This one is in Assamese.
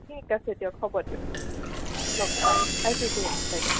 ঠিক আছে দিয়ক হ'ব দিয়ক লগ পাম ৰাখিছোঁ বাইদেউ